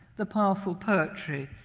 the powerful poetry,